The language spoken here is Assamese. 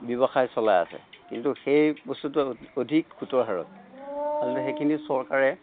ব্যৱসায় চলাই আছে কিন্তু সেই বস্তুটো অধিক সুতৰ হাৰত আচলতে সেইখিনি চৰকাৰে